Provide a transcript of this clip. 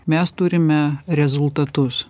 mes turime rezultatus